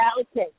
okay